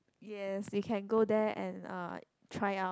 yes we can go there and uh try out